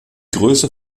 größe